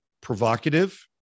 provocative